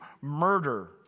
murder